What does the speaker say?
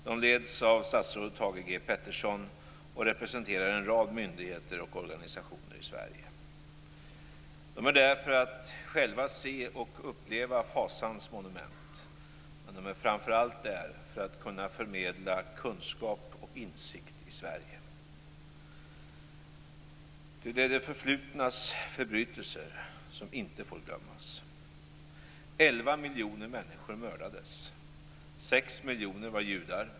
De leds av statsrådet Thage G Peterson och representerar en rad myndigheter och organisationer i Sverige. De är där för att själva se och uppleva fasans monument. Men de är framför allt där för att kunna förmedla kunskap och insikt i Sverige. Ty det förflutnas förbrytelser får inte glömmas. Elva miljoner människor mördades. Sex miljoner var judar.